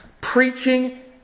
Preaching